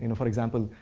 and for example,